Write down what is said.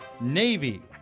Navy